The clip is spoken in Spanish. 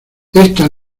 esta